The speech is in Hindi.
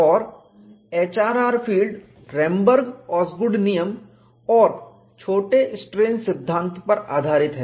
और HRR फील्ड रेमबर्ग ओसगुड नियम और छोटे स्ट्रेन सिद्धांत पर आधारित है